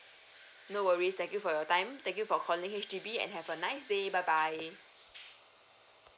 no worries thank you for your time thank you for calling H_D_B and have a nice day bye bye